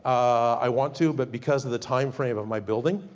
i want to, but because of the time frame of my building,